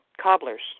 cobblers